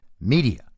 media